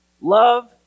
love